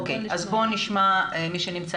אוקיי, אז בואו נשמע את מי שנמצא